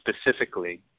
specifically